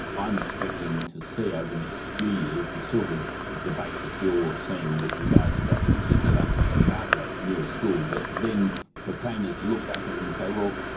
i'm expecting to see over the next few years the sort of debate that you're seeing with regard to that particular outlet near a school, but then for planners to look back at it and say, well,